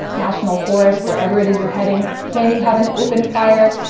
national forest, wherever it is you're heading. can you have an open fire?